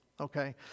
Okay